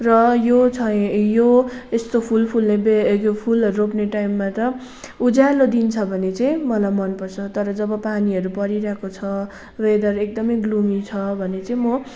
र यो छै यो यस्तो फुल फुल्ने बे यो फुलहरू रोप्ने टाइममा त उज्यालो दिन छ भने चाहिँ मलाई मन पर्छ तर जब पानीहरू परिरहेको छ वेदर एकदमै ग्लोमी छ भने चाहिँ म